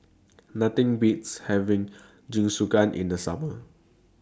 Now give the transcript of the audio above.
Nothing Beats having Jingisukan in The Summer